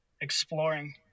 exploring